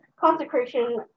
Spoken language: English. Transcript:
Consecration